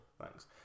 thanks